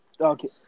Okay